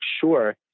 sure